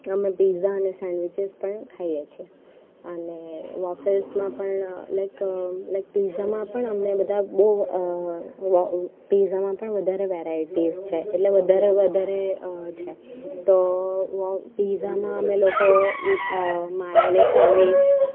આમાં પીઝા અને સેન્ડવિચીસ પણ ખાઈએ છીએ અને વોફેલ્સમાં પણ લાઇક લાઇક પીઝામાં પણ અમને બધા બહુ વ અ પીઝામાં પણ વધારે વેરાયટીસ છે એટલે વધારે વધારે છે તો વ પીઝામાં અમે લોકો માયોનિસ સેન્ડવીચ